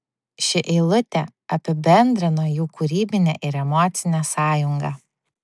ši eilutė apibendrino jų kūrybinę ir emocinę sąjungą